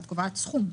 את קובעת סכום.